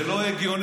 זה לא הגיוני.